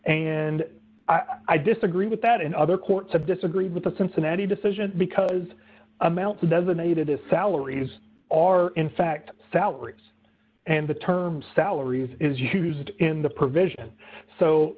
and i disagree with that and other courts have disagreed with the cincinnati decision because amount doesn't aided the salaries are in fact salaries and the term salaries is used in the